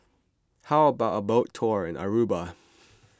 how about a boat tour in Aruba